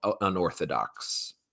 unorthodox